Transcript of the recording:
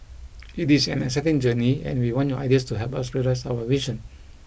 it is an exciting journey and we want your ideas to help us realise our vision